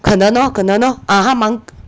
可能 lor 可能 lor uh 她忙